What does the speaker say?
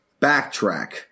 Backtrack